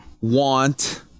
want